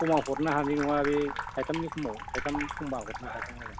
खमाव हरनो हानाय नङा बे थायथामनि खमाव थायथाम खमबा हरनो हागोन आरो